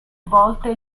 volte